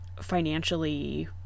financially